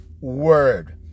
word